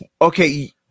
Okay